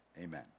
Amen